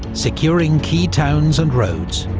securing key towns and roads.